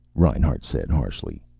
reinhart said harshly.